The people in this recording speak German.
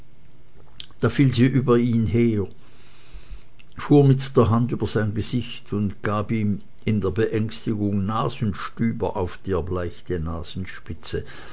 da fiel sie über ihn her fuhr mit der hand über sein gesicht und gab ihm in der beängstigung nasenstüber auf die erbleichte nasenspitze